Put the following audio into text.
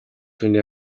хүний